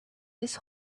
his